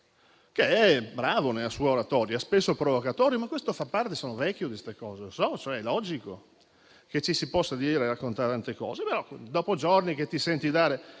che è bravo nella sua oratoria, spesso provocatorio, ma questo fa parte del contesto: sono uso a queste cose. Lo so, è logico che ci si possa dire e raccontare tante cose. Però, dopo giorni che ti senti dare